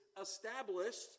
established